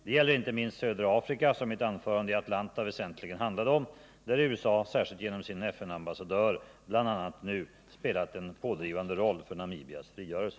Det gäller inte minst södra Afrika — som mitt anförande i Atlanta väsentligen handlade om — där USA, särskilt genom sin FN-ambassadör, bl.a. nu spelat en pådrivande roll för Namibias frigörelse.